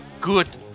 good